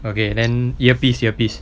okay then earpiece earpiece